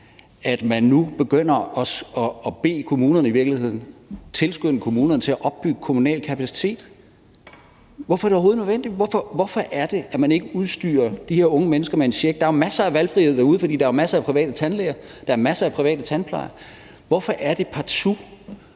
at man nu i virkeligheden begynder at tilskynde kommunerne til at opbygge kommunal kapacitet. Hvorfor er det overhovedet nødvendigt? Hvorfor er det, at man ikke udstyrer de her unge mennesker med en check? Der er jo masser af valgfrihed derude, for der er jo masser af private tandlæger, og der er masser af private tandplejere. Hvorfor er det, at